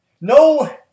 no